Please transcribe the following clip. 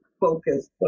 focus